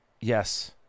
Yes